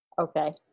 Okay